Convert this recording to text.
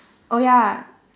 oh ya